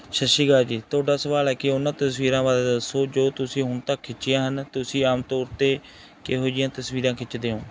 ਸਤਿ ਸ਼੍ਰੀ ਅਕਾਲ ਜੀ ਤੁਹਾਡਾ ਸਵਾਲ ਹੈ ਕਿ ਉਹਨਾਂ ਤਸਵੀਰਾਂ ਬਾਰੇ ਦੱਸੋ ਜੋ ਤੁਸੀਂ ਹੁਣ ਤੱਕ ਖਿੱਚੀਆਂ ਹਨ ਤੁਸੀਂ ਆਮ ਤੌਰ 'ਤੇ ਕਿਹੋ ਜਿਹੀਆਂ ਤਸਵੀਰਾਂ ਖਿੱਚਦੇ ਹੋ